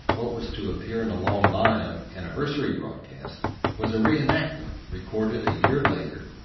what was to appear in a long line of anniversary broadcasts was a re-enactment recorded a year later,